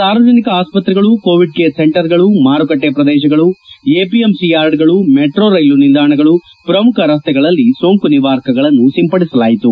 ಸಾರ್ವಜನಿಕ ಆಸ್ಪತ್ತೆಗಳು Covid care ಸೆಂಟರ್ಗಳು ಮಾರುಕಟ್ಟೆ ಪ್ರದೇಶಗಳು ಎಪಿಎಂಸಿ ಯಾರ್ಡ್ಗಳು ಮೆಟ್ರೋ ರೈಲು ನಿಲ್ಲಾಣಗಳು ಪ್ರಮುಖ ರಸ್ತೆಗಳಲ್ಲಿ ಸೋಂಕು ನಿವಾರಕಗಳನ್ನು ಸಿಂಪಡಿಸಲಾಯಿತು